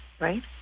right